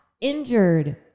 injured